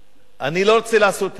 אני לא רוצה לעשות השוואות,